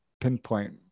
pinpoint